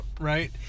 right